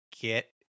get